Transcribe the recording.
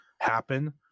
happen